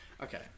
okay